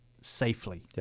safely